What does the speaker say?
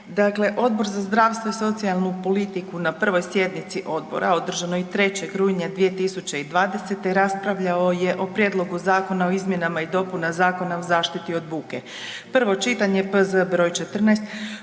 Dakle, Odbor za zdravstvo i socijalnu politiku na prvoj sjednici odbora održanoj 3. rujna 2020. raspravljao je o Prijedlogu Zakona o izmjenama i dopunama Zakona o zaštiti od buke, prvo čitanje, P.Z.E. broj 14